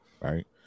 Right